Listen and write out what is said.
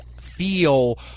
feel